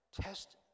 test